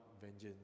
vengeance